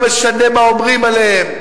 לא משנה מה אומרים עליהם.